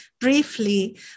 briefly